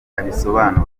abisobanura